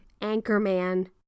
Anchorman